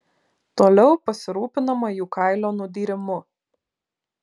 toliau pasirūpinama jų kailio nudyrimu